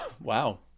Wow